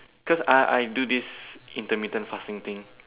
cause I I do this in the middle fasting thing